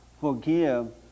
forgive